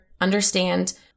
understand